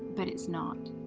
but it's not.